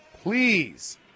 Please